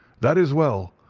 that is well.